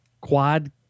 quad